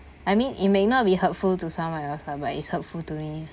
I mean it may not be hurtful to some of you all but it's hurtful to me